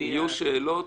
יהיו שאלות.